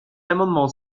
amendement